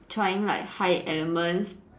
trying like high elements